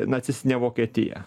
nacistinę vokietiją